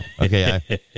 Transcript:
okay